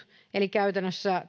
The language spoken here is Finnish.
eli käytännössä